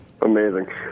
amazing